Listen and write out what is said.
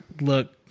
Look